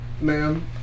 ma'am